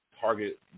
Target